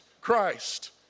Christ